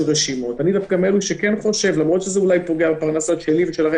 רשימות למרות שזה אולי פוגע בפרנסה שלי ושל אחרים